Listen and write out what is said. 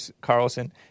Carlson